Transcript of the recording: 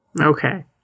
Okay